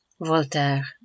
Voltaire